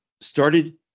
started